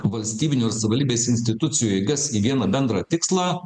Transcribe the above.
valstybinius savivaldybės institucijų jėgas į vieną bendrą tikslą